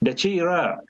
bet čia yra